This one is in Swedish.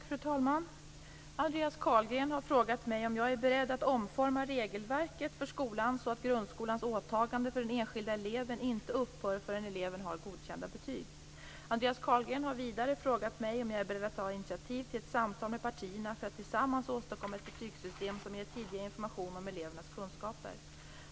Fru talman! Andreas Carlgren har frågat mig om jag är beredd att omforma regelverket för skolan så att grundskolans åtagande för den enskilde eleven inte upphör förrän eleven har godkända betyg. Andreas Carlgren har vidare frågat mig om jag är beredd att ta initiativ till ett samtal med partierna för att tillsammans åstadkomma ett betygssystem som ger tidigare information om elevernas kunskaper.